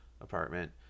apartment